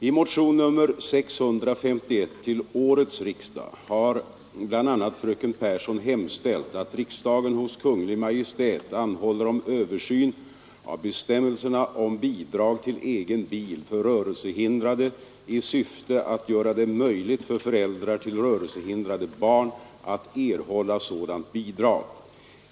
I motionen 651 till årets riksdag har bl.a. fröken Pehrsson hemställt att riksdagen hos Kungl. Maj:t anhåller om översyn av bestämmelserna om bidrag till egen bil för rörelsehindrade i syfte att göra det möjligt för föräldrar till rörelsehindrade barn att erhålla sådant bidrag.